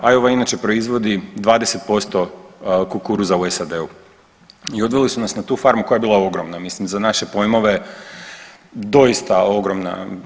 Iowa inače proizvodi 20% kukuruza u SAD-u i odveli su nas na tu farmu koja je bila ogromna, mislim za naše pojmove doista ogromna.